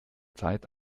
zeit